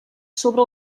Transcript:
sobre